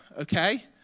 okay